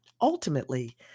Ultimately